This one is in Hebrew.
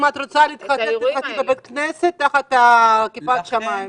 אם את רוצה להתחתן תתחתני בבית כנסת תחת כיפת השמיים.